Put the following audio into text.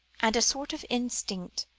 and a sort of instinct